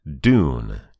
Dune